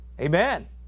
Amen